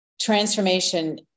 transformation